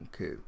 Okay